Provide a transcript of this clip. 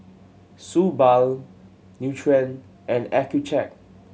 Suu Balm Nutren and Accucheck